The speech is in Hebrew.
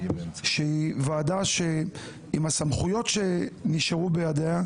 עם הסמכויות שנשארו בידיה,